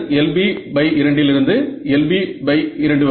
LB2 லிருந்து LB2 வரை